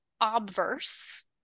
obverse